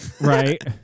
Right